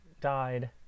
died